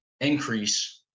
increase